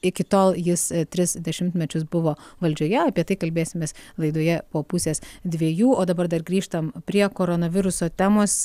iki tol jis tris dešimtmečius buvo valdžioje apie tai kalbėsimės laidoje po pusės dviejų o dabar dar grįžtam prie koronaviruso temos